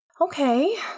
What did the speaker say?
Okay